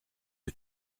que